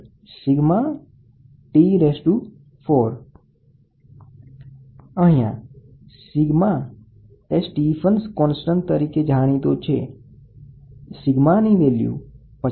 જો સપાટીની ઈમિસિવિટી ની જાણ હોય તોજો તેમને ખુલ્લી રાખવામાં આવેલ હોય તો પદાર્થ નું તાપમાન જાણી શકાય છે